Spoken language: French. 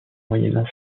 moyennant